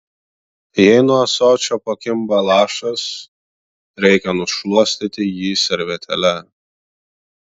jei nuo ąsočio pakimba lašas reikia nušluostyti jį servetėle